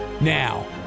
Now